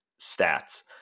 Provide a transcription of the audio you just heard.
stats